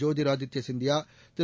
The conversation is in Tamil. ஜோதிர் ஆதித்ய சிந்தியா திரு